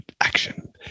Action